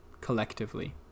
Collectively